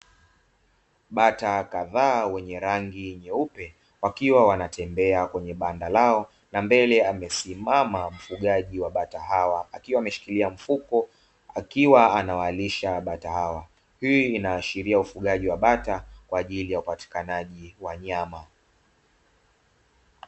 Bata kadhaa wenye rangi nyeupe, wakiwa wanatembea kwenye banda lao na mbele amesimama mfugaji wa bata hawa, akiwa ameshikilia mfuko akiwa anawalisha bata hawa. Hii inaashiria ufugaji wa bata kwa ajili ya upatikanaji wa nyama.